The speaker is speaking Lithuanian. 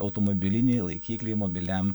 automobilinį laikiklį mobiliajam